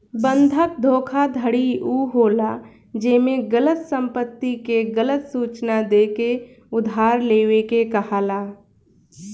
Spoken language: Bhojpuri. बंधक धोखाधड़ी उ होला जेमे गलत संपत्ति के गलत सूचना देके उधार लेवे के कहाला